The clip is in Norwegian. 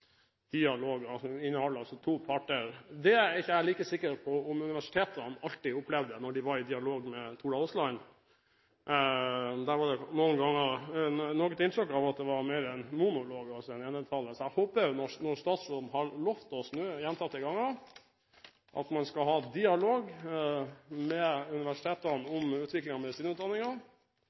inneholder altså to parter. Jeg er ikke sikker på om universitetene alltid opplevde det da de var i dialog med Tora Aasland. Det var nok mange ganger et innslag av at det mer var en monolog, altså en enetale. Når statsråden nå gjentatte ganger har lovet oss at man skal ha dialog med universitetene om